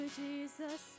jesus